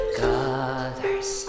colors